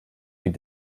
die